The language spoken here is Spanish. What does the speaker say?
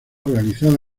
realizada